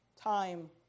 time